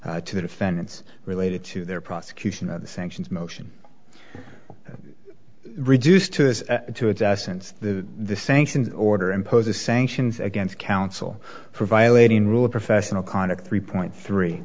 s to the defendants related to their prosecution of the sanctions motion reduced to its essence the sanctions order imposes sanctions against counsel for violating rule of professional conduct three point three